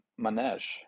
manesh